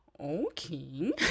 okay